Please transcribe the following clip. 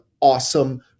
awesome